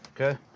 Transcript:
okay